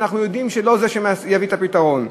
שאנחנו יודעים שלא זה יביא את הפתרון,